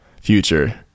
future